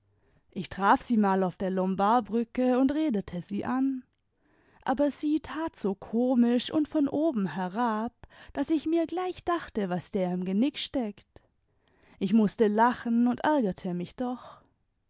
ich traf sie mal auf der lombardbrücke und redete sie an aber sie tat so komisch tmd von oben herab daß ich mir gleich dachte was der im genick steckt ich mußte lachen und ärgerte mich doch